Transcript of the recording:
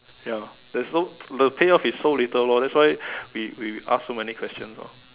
ya there's no the payoff is so little lor that's why we we ask so many questions lor